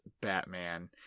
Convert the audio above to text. Batman